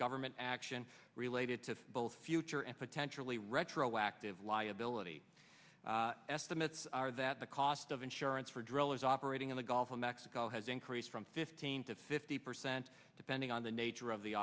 government action related to both future and potentially retroactive liability estimates are that the cost of insurance for drillers operating in the gulf of mexico has increased from fifteen to fifty percent depending on the nature of the